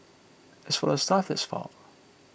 as for the stuff that's found